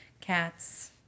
cats